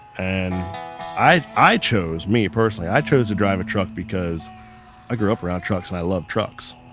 and i i chose me personally i chose to drive a truck because i grew up around trucks and i love trucks.